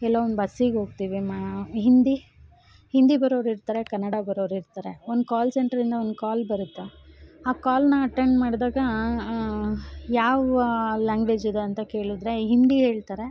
ಎಲ್ಲೋ ಒಂದು ಬಸ್ಸಿಗೆ ಹೋಗ್ತೀವಿ ಮಾ ಹಿಂದಿ ಹಿಂದಿ ಬರೋರು ಇರ್ತಾರೆ ಕನ್ನಡ ಬರೋರು ಇರ್ತಾರೆ ಒಂದು ಕಾಲ್ ಸೆಂಟ್ರ್ ಇಂದ ಒಂದು ಕಾಲ್ ಬರುತ್ತೆ ಆ ಕಾಲ್ನ ಅಟೆಂಡ್ ಮಾಡ್ದಾಗ ಯಾವ ಲ್ಯಾಂಗ್ವೇಜ್ ಇದೆ ಅಂತ ಕೇಳಿದ್ರೆ ಹಿಂದಿ ಹೇಳ್ತಾರೆ